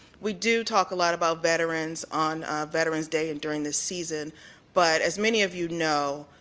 we do talk a lot about veterans on veterans day and during this season but as many of you know,